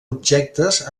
objectes